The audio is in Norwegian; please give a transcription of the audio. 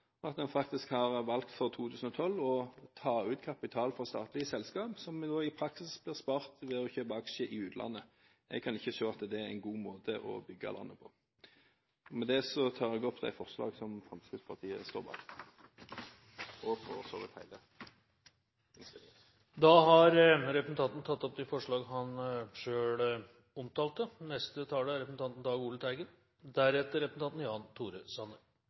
av den store ekstrainntekten som har kommet, til å prioritere dette. Nå har en isteden faktisk valgt for 2012 å ta ut kapital fra statlige selskaper som i praksis blir spart ved å kjøpe aksjer i utlandet. Jeg kan ikke se at det er en god måte å bygge landet på. Med dette tar jeg opp de forslagene som Fremskrittspartiet står bak, alene eller sammen med andre. Representanten Ketil Solvik-Olsen har tatt opp de forslagene han refererte til. Nå behandler vi nysaldert budsjett for 2012. Det er